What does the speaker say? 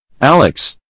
Alex